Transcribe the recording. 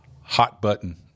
hot-button